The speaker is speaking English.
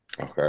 Okay